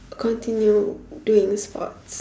continue doing sports